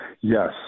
Yes